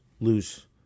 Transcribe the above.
lose